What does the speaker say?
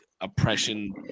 oppression